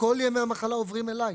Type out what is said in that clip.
ימים כל ימי המחלה עוברים אלי.